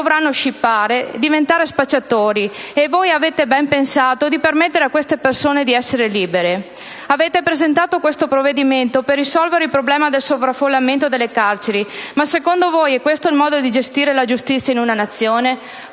dovranno scippare e diventare spacciatori e voi avete ben pensato di permettere a queste persone di essere libere. Avete presentato questo provvedimento per risolvere il problema del sovraffollamento delle carceri ma, secondo voi, è questo il modo di gestire la giustizia in una Nazione?